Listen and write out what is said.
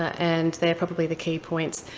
and they're probably the key points.